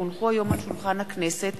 כי הונחו היום על שולחן הכנסת,